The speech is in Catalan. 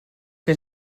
que